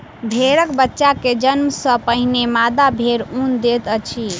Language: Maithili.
भेड़क बच्चा के जन्म सॅ पहिने मादा भेड़ ऊन दैत अछि